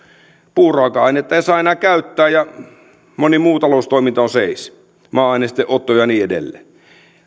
puuraaka ainetta ei saa enää käyttää ja moni muu taloustoiminta on seis maa ainesten otto ja niin edelleen